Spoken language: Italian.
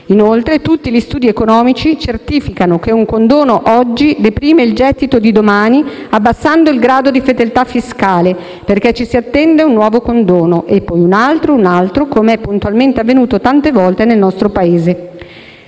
Inoltre tutti gli studi economici certificano che un condono oggi deprime il gettito di domani, abbassando il grado di fedeltà fiscale, perché ci si attende un nuovo condono e poi un altro e un altro ancora, com'è puntualmente avvenuto tante volte nel nostro Paese.